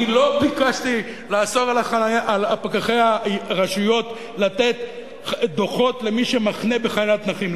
אני לא ביקשתי לאסור על פקחי הרשויות לתת דוחות למי שמחנה בחניית נכים.